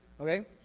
okay